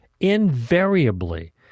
Invariably